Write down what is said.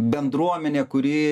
bendruomenė kuri